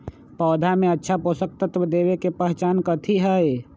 पौधा में अच्छा पोषक तत्व देवे के पहचान कथी हई?